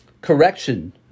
correction